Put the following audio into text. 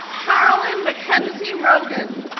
carolyn mackenzie rogan,